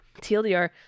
TLDR